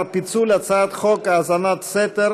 גם הצעת החוק של חבר הכנסת רועי פולקמן וקבוצת חברי הכנסת התקבלה,